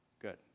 Good